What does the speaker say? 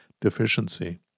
deficiency